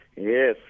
Yes